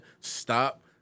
Stop